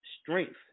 strength